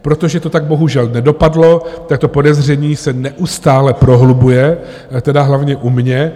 Protože to tak bohužel nedopadlo, tak to podezření se neustále prohlubuje, tedy hlavně u mě.